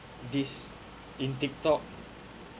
this in tik tok